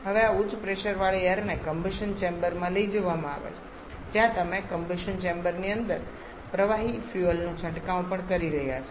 હવે આ ઉચ્ચ પ્રેશરવાળી એઈરને કમ્બશન ચેમ્બરમાં લઈ જવામાં આવે છે જ્યાં તમે કમ્બશન ચેમ્બરની અંદર પ્રવાહી ફ્યુઅલનો છંટકાવ પણ કરી રહ્યાં છો